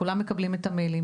כולם מקבלים את המיילים,